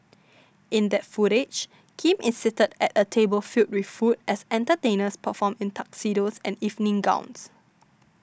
in that footage Kim is seated at a table filled with food as entertainers perform in Tuxedos and evening gowns